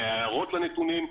בהערות לנתונים.